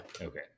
okay